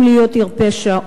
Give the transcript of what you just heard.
אם להיות עיר פשע,